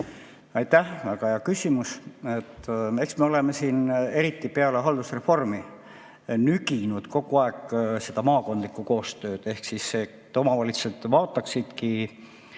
Aitäh! Väga hea küsimus. Eks me oleme siin, eriti peale haldusreformi, nüginud kogu aeg seda maakondlikku koostööd ehk seda, et omavalitsused vaataksidki